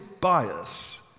bias